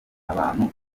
abantu